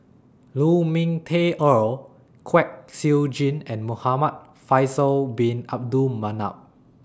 Lu Ming Teh Earl Kwek Siew Jin and Muhamad Faisal Bin Abdul Manap